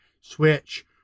Switch